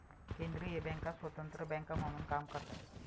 केंद्रीय बँका स्वतंत्र बँका म्हणून काम करतात